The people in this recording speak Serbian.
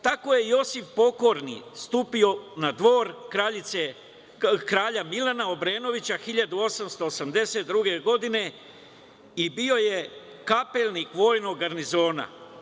Tako je Josif Pokorni stupio na dvor kralja Milana Obrenovića 1882. godine i bio je kapelnik vojnog garnizona.